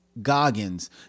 Goggins